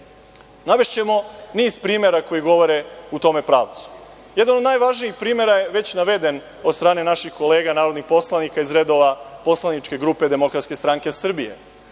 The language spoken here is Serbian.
Navešćemo niz primera koji govore u tom pravcu. Jedan od najvažnijih primera je već naveden od strane naših kolega narodnih poslanika iz redova poslaničke grupe DSS. Ona je u svoje vreme,